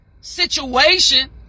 situation